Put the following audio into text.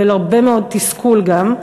אבל הרבה מאוד תסכול גם,